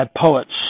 poets